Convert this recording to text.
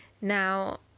Now